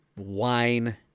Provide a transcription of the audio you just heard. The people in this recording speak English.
Wine